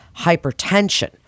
hypertension